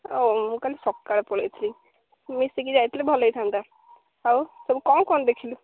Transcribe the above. ହଉ ମୁଁ କାଲି ସକାଳେ ପଳେଇଥିଲି ମିଶିକି ଯାଇଥିଲେ ଭଲ ହେଇଥାନ୍ତା ଆଉ ସବୁ କ'ଣ କ'ଣ ଦେଖିଲୁ